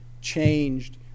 changed